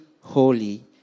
holy